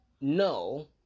no